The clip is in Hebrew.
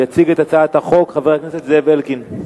יציג את הצעת החוק חבר הכנסת זאב אלקין.